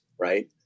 right